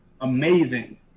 amazing